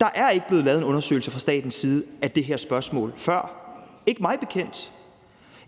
Der er ikke blevet lavet en undersøgelse fra statens side af det her spørgsmål før, ikke mig bekendt.